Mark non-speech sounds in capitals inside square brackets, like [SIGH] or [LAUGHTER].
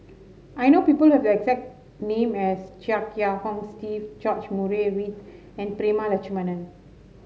I know people [UNINTELLIGIBLE] exact name as Chia Kiah Hong Steve George Murray Reith and Prema Letchumanan